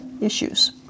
issues